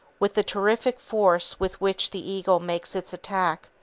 with the terrific force with which the eagle makes its attack,